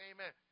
Amen